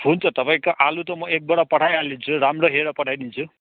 हुन्छ तपाईँको आलु त म एक बोरा पठाई हालिदिन्छु राम्रो हेरेर पठाइदिन्छु